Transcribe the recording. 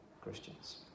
Christians